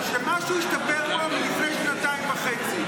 שמשהו השתפר בו מלפני שנתיים וחצי.